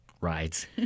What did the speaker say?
rides